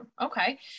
Okay